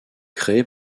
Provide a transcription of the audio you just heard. créée